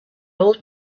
old